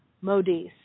Modis